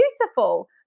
beautiful